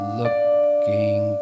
looking